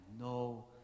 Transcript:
no